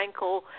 Frankel